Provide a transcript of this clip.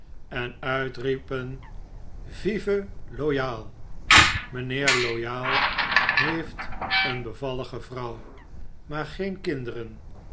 en uitriepen vive loyal mijnheer loyal heeft een bevallige vrouw maar geen kinderen